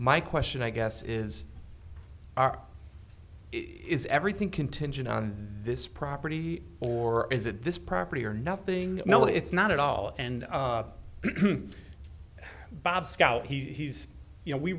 my question i guess is are is everything contingent on this property or is it this property or nothing well it's not at all and bob scout he's you know we